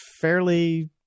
fairly